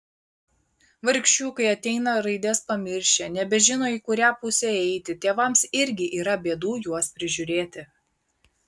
vargšiukai ateina raides pamiršę nebežino į kurią pusę eiti tėvams irgi yra bėdų juos prižiūrėti